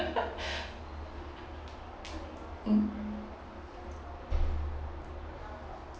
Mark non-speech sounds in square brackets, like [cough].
[laughs] mm